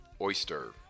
oyster